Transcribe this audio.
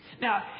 Now